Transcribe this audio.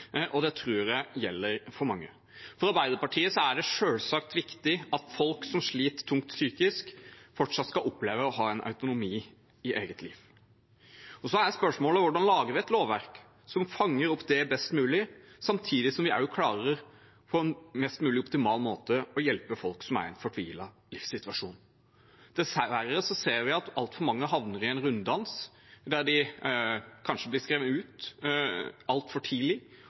Arbeiderpartiet er det selvsagt viktig at folk som sliter tungt psykisk, fortsatt skal oppleve å ha autonomi i eget liv. Så er spørsmålet hvordan vi lager et lovverk som best mulig fanger det opp, samtidig som vi på en mest mulig optimal måte klarer å hjelpe folk som er i en fortvilet livssituasjon. Dessverre ser vi at altfor mange havner i en runddans der de kanskje blir skrevet ut altfor tidlig